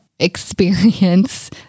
experience